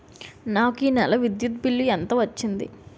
నాకు ఈ నెల విద్యుత్ బిల్లు ఎంత వచ్చింది?